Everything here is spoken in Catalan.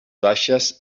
baixes